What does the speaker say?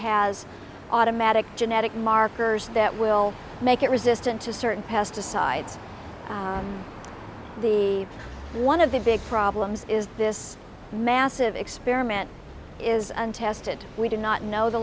has automatic genetic markers that will make it resistant to certain pesticides the one of the big problems is this massive experiment is untested we do not know the